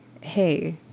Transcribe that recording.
hey